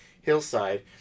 hillside